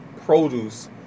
produce